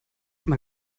man